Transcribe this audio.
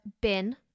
Bin